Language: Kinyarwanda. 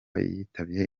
witabye